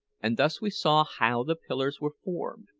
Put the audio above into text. and thus we saw how the pillars were formed,